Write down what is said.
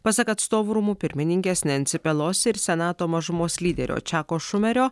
pasak atstovų rūmų pirmininkės nancy pelosi ir senato mažumos lyderio čiako šumerio